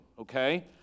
Okay